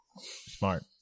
Smart